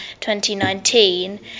2019